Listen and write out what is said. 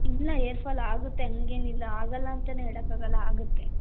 ಇಲ್ಲ ಏರ್ಫಾಲ್ ಆಗುತ್ತೆ ಹಂಗೇನಿಲ್ಲ ಆಗೋಲ್ಲ ಅಂತನೇ ಹೇಳಕಾಗಲ್ಲ ಆಗುತ್ತೆ